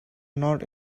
not